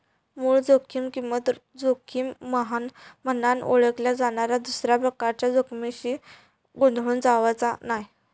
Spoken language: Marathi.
मूळ जोखीम किंमत जोखीम म्हनान ओळखल्या जाणाऱ्या दुसऱ्या प्रकारच्या जोखमीशी गोंधळून जावचा नाय